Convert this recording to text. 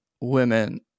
women